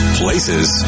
places